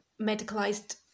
medicalized